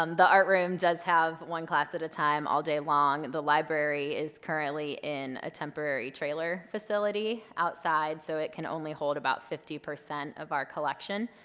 um the art room does have one class at a time all day long. the library is currently in a temporary trailer facility outside so it can only hold about fifty percent of our collection.